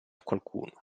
qualcuno